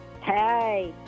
hey